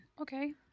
Okay